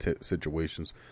situations